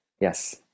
Yes